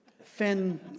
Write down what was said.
Finn